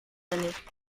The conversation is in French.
années